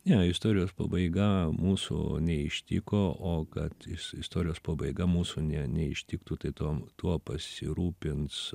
ne istorijos pabaiga mūsų neištiko o kad istorijos pabaiga mūsų ne neištiktų tai tuomtuo pasirūpins